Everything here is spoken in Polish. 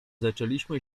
zaczęliśmy